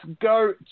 go